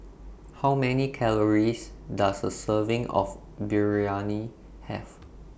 How Many Calories Does A Serving of Biryani Have